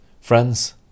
Friends